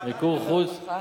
מיקור חוץ בבנק ישראל.